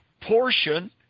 portion